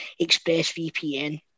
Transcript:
ExpressVPN